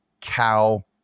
cow